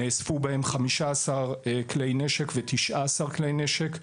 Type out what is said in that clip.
נאספו בהם 15 כלי נשק ו-19 כלי נשק,